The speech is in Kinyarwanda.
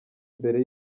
mbere